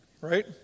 right